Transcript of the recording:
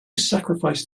sacrifice